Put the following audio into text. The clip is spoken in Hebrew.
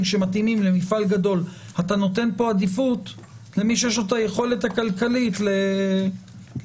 שמתאימים למפעל גדול אתה נותן עדיפות למי שיש היכולת הכלכלית לפעול.